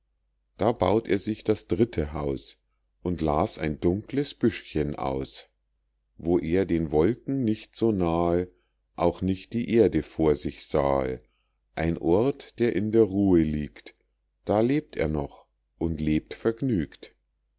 da baut er sich das dritte haus und las ein dunkles büschchen aus wo er den wolken nicht so nahe auch nicht die erde vor sich sahe ein ort der in der ruhe liegt da lebt er noch und lebt vergnügt